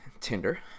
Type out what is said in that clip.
Tinder